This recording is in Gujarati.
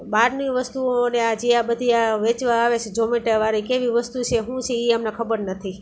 બહારની વસ્તુઓને આ જે આ બધી આ વેચવા આવે છે ઝોમેટાવાળી કેવી વસ્તુ છે શું છે એ અમને ખબર નથી